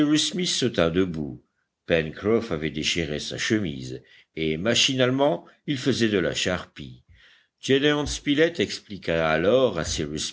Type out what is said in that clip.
debout pencroff avait déchiré sa chemise et machinalement il faisait de la charpie gédéon spilett expliqua alors